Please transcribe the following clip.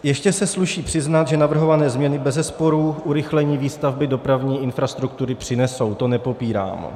Ještě se sluší přiznat, že navrhované změny bezesporu urychlení výstavby dopravní infrastruktury přinesou, to nepopírám.